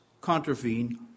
contravene